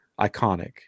iconic